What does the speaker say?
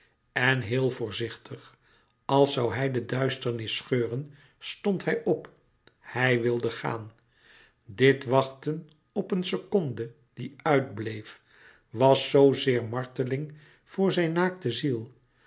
en heel voorzichtig als zoû hij de duisterlouis couperus metamorfoze nis scheuren stond hij op hij wilde gaan dit wachten op een seconde die uitbleef was zzeer marteling voor zijn naakte ziel